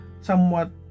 somewhat